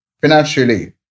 financially